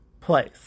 place